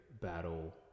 battle